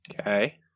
Okay